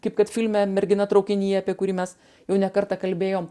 kaip kad filme mergina traukinyje apie kurį mes jau ne kartą kalbėjom